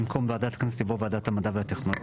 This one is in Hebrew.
במקום 'ועדת הכנסת' יבוא 'ועדת המדע והטכנולוגיה'.